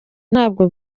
ntabwo